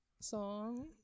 song